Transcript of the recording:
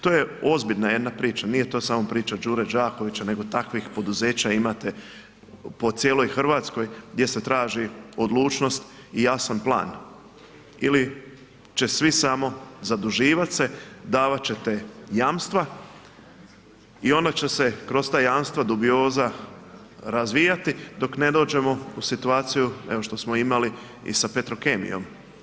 To je ozbiljna jedna priča, nije to samo priča Đure Đakovića nego takvih poduzeća imate po cijeloj Hrvatskoj gdje se traži odlučnost i jasan plan ili će svi samo zaduživat se, davat ćete jamstva i onda će se kroz ta jamstva dubioza razvija dok ne dođemo u situaciju, evo što smo imali i sa Petrokemijom.